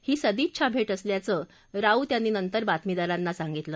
ही सदिच्छा भे असल्याच राऊत यांनी बातमीदारांना सांगितलं